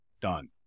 done